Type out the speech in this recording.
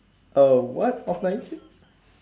a what of nine tails